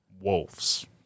Wolves